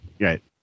Right